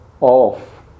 off